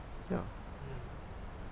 ya